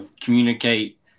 communicate